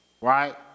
right